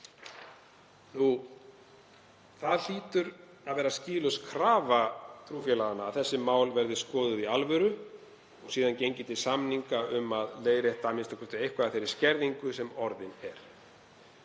Það hlýtur að vera skýlaus krafa trúfélaganna að þessi mál verði skoðuð í alvöru og síðan gengið til samninga um að leiðrétta a.m.k. eitthvað af þeirri skerðingu sem orðin er.